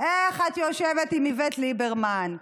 איך את יושבת עם איווט ליברמן?